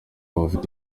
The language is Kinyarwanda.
abafite